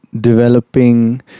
developing